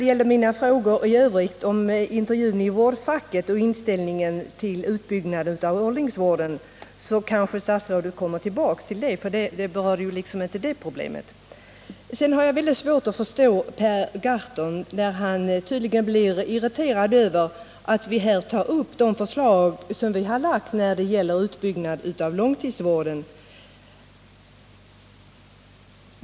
Till mina frågor i övrigt om intervjun i tidningen Vårdfacket och om inställningen till utbyggnad av åldringsvården kanske statsrådet kommer tillbaka, för de berörde ju inte samma problem. Jag har svårt att förstå Per Gahrton, när han tydligen blir irriterad över att vi här tar upp de förslag som vi socialdemokrater har lagt i fråga om utbyggnad av långtidsvården.